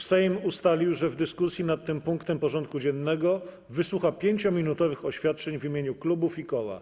Sejm ustalił, że w dyskusji nad tym punktem porządku dziennego wysłucha 5-minutowych oświadczeń w imieniu klubów i koła.